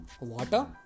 Water